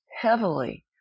heavily